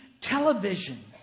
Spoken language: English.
television